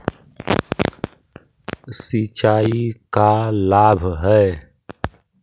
सिंचाई का लाभ है?